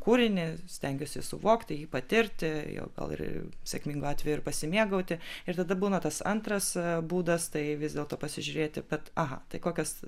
kūrinį stengiuosi suvokti jį patirti o gal ir sėkmingu atveju ir pasimėgauti ir tada būna tas antras būdas tai vis dėlto pasižiūrėti vat aha tai kokias